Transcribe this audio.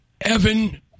Evan